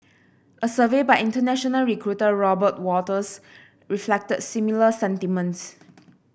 a survey by international recruiter Robert Walters reflected similar sentiments